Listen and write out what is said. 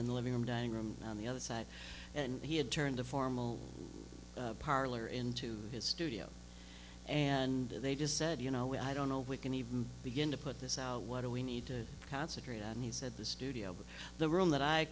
then the living room dining room on the other side and he had turned a formal parlor into his studio and they just said you know i don't know if we can even begin to put this out what do we need to concentrate and he said the studio the room that i